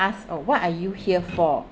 ask oh what are you here for